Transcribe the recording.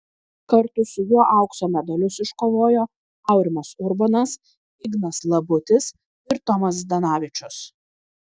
kartu su juo aukso medalius iškovojo aurimas urbonas ignas labutis ir tomas zdanavičius